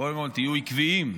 קודם כול תהיו עקביים,